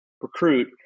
recruit